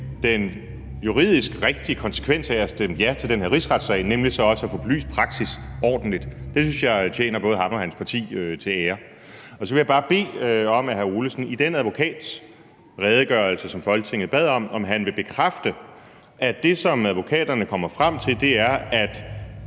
den juridisk rigtige konsekvens af at stemme ja til den her rigsretssag, nemlig med hensyn til også at få belyst praksis ordentligt. Det synes jeg tjener både ham og hans parti til ære. Og så vil jeg bare bede om, at hr. Ole Birk Olesen i forhold til den advokatredegørelse, som Folketinget bad om, vil bekræfte, at det, som advokaterne kommer frem til, er, at